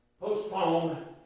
Postpone